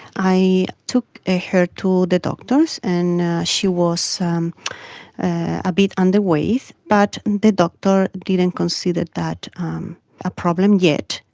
i took ah her to the doctors and she was um a bit underweight, but the doctor didn't consider that that um a problem yet,